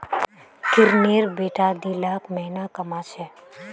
किरनेर बेटा दी लाख महीना कमा छेक